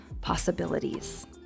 possibilities